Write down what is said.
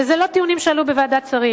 ואלה לא טיעונים שעלו בוועדת שרים.